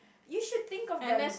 you should think of them